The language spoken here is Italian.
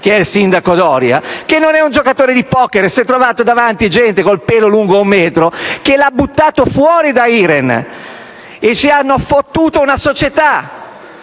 che è il sindaco Doria, che non è un giocatore di poker e si è trovato davanti gente con il pelo lungo un metro che lo hanno buttato fuori da IREN e ci hanno fottuto una società.